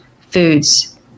foods